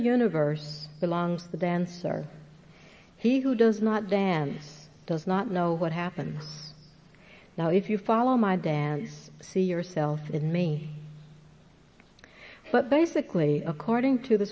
universe along the dancer he who does not dance does not know what happened now if you follow my dance see yourself in me but basically according to the